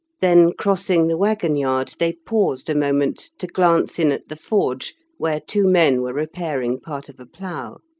then crossing the waggon yard, they paused a moment to glance in at the forge, where two men were repairing part of a plough.